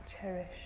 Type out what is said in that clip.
cherish